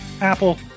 apple